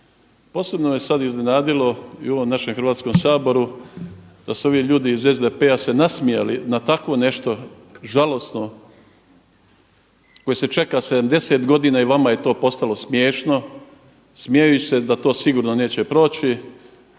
Posebno je sad iznenadilo i u ovom Hrvatskom saboru da su se ovi ljudi iz SDP-a se nasmijali na takvo nešto žalosno koje se čeka 70 godina i vama je to postalo smiješno, smijući se da to sigurno neće proći.